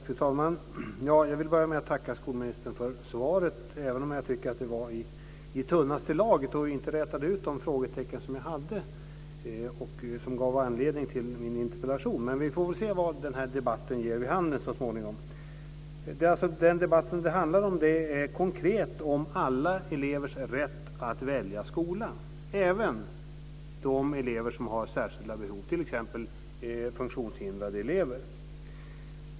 Fru talman! Jag vill börja med att tacka skolministern för svaret, även om jag tycker att det var i tunnaste laget och inte rätade ut de frågetecken som jag hade och som gav anledning till min interpellation. Men vi får väl se vad debatten ger vid handen så småningom. Debatten handlar konkret om alla elevers rätt att välja skola. Det gäller även de elever som har särskilda behov, t.ex. funktionshindrade elever.